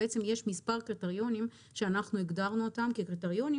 יש מספר קריטריונים שאנחנו הגדרנו אותם כקריטריונים